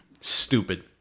stupid